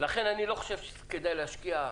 לכן אני לא חושב שכדאי להשקיע.